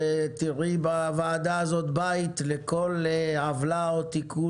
תראי בוועדה הזאת בית לכל עוולה או תיקון